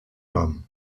nom